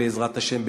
בעזרת השם,